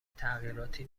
تغییراتی